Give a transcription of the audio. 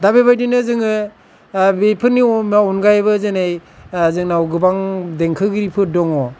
दा बेबायदिनो जोङो बेफोरनि अनगायैबो जेनै दा जोंनाव गोबां देंखोगिरिफोर दङ